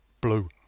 blue